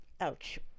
Ouch